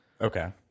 Okay